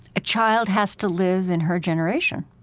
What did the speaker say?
a child has to live in her generation.